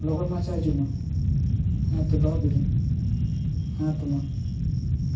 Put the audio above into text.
ᱞᱚᱜᱚᱱ ᱢᱟᱪᱷᱟ ᱦᱤᱡᱩᱜ ᱢᱮ ᱦᱮᱸ ᱛᱚ ᱫᱚᱦᱚ ᱠᱤᱫᱤᱧ ᱦᱮᱸ ᱛᱚ ᱢᱟ